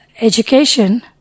education